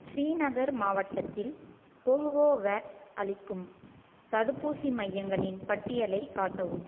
ஸ்ரீநகர் மாவட்டத்தில் கோவோவேக்ஸ் அளிக்கும் தடுப்பூசி மையங்களின் பட்டியலைக் காட்டவும்